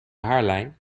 haarlijn